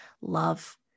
love